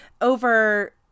over